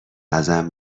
ازم